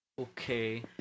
Okay